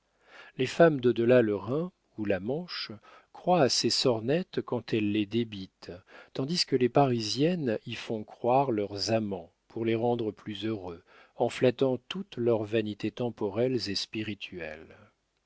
les femmes dau delà le rhin ou la manche croient à ces sornettes quand elles les débitent tandis que les parisiennes y font croire leurs amants pour les rendre plus heureux en flattant toutes leur vanités temporelles et spirituelles